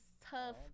tough